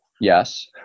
Yes